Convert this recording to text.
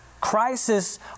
Crisis